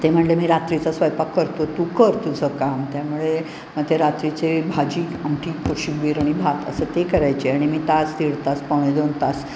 ते म्हणाले मी रात्रीचा स्वयंपाक करतो तू कर तुझं काम त्यामुळे ते रात्रीचे भाजी आमटी कोशिंबीर आणि भात असं ते करायचे आणि मी तास दीड तास पावणे दोन तास